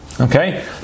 Okay